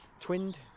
twinned